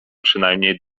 przynajmniej